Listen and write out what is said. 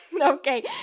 Okay